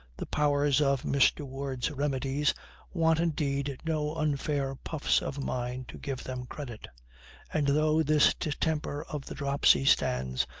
the powers of mr. ward's remedies want indeed no unfair puffs of mine to give them credit and though this distemper of the dropsy stands,